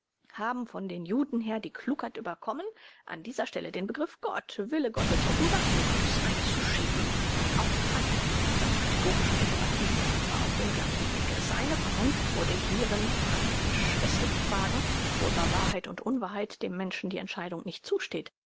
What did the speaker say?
haben von den juden her die klugheit überkommen an dieser stelle den begriff gott wille gottes offenbarung gottes einzuschieben auch kant mit seinem kategorischen imperativ war auf dem gleichen wege seine vernunft wurde hierin praktisch es giebt fragen wo über wahrheit und unwahrheit dem menschen die entscheidung nicht zusteht